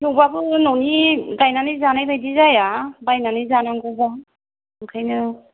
थेवबाबो न'नि गायनानै जानाय बादि जाया बायनानै जानांगौबा बेखायनो